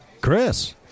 Chris